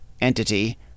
entity